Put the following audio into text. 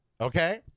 okay